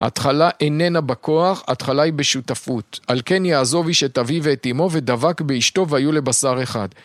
התחלה איננה בכוח, התחלה היא בשותפות. על כן יעזוב איש את אביו ואת אמו, ודבק באשתו והיו לבשר אחד.